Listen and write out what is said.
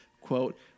quote